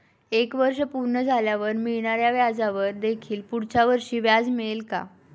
एक वर्ष पूर्ण झाल्यावर मिळणाऱ्या व्याजावर देखील पुढच्या वर्षी व्याज मिळेल का?